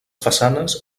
façanes